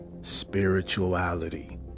spirituality